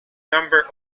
number